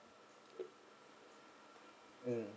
mm